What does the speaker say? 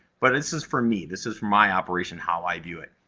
but this is for me. this is for my operation, how i view it.